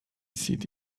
seat